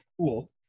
cool